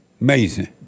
Amazing